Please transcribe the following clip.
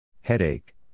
Headache